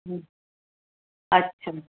अछा